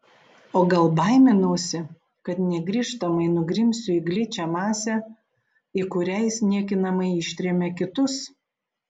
o gal baiminausi kad negrįžtamai nugrimsiu į gličią masę į kurią jis niekinamai ištrėmė kitus